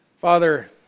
Father